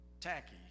tacky